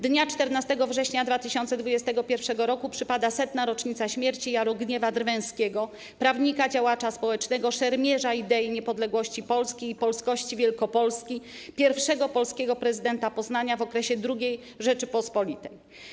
Dnia 14 września 2021 roku przypada 100. rocznica śmierci Jarogniewa Drwęskiego - prawnika, działacza społecznego, szermierza idei niepodległości Polski i polskości Wielkopolski, pierwszego polskiego prezydenta Poznania w okresie II Rzeczypospolitej.